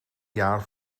jaar